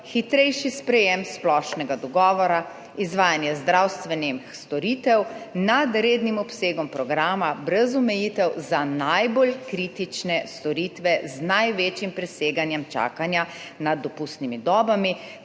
sprejem splošnega dogovora, izvajanje zdravstvenih storitev nad rednim obsegom programa brez omejitev za najbolj kritične storitve z največjim preseganjem čakanja nad dopustnimi dobami,